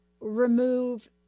Remove